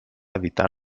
evitar